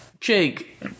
Jake